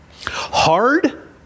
Hard